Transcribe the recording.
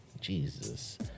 Jesus